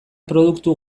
produktu